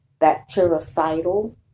bactericidal